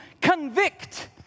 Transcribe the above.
convict